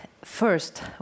first